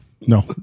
no